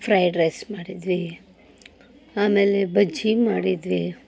fried rice ಮಾಡಿದ್ವಿ ಆಮೇಲೆ ಬಜ್ಜಿ ಮಾಡಿದ್ವಿ